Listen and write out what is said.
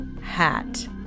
hat